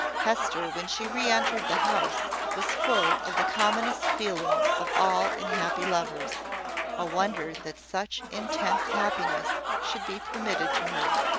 hester, when she re-entered the house, was full of the commonest feeling of all in happy lovers a wonder that such intense happiness should be permitted to her.